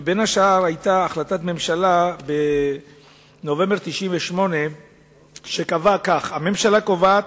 ובין השאר היתה החלטת ממשלה בנובמבר 1998 שקבעה כך: הממשלה קובעת